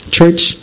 Church